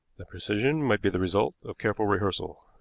the precision might be the result of careful rehearsal.